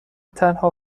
تنها